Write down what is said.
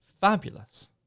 fabulous